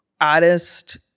artist